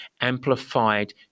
amplified